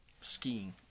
Skiing